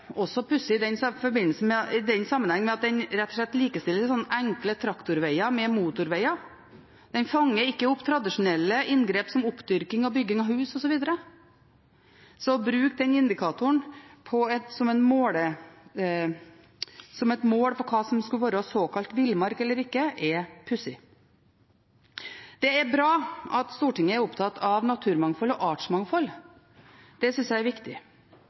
også pussig i den sammenheng at den rett og slett likestiller enkle traktorveger med motorveger. Den fanger ikke opp tradisjonelle inngrep som oppdyrking og bygging av hus osv., så å bruke den indikatoren som et mål på hva som skal være såkalt villmark eller ikke, er pussig. Det er bra at Stortinget er opptatt av naturmangfold og artsmangfold. Det synes jeg er viktig.